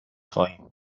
خواهیم